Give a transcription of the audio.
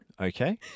Okay